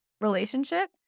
relationship